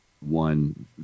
One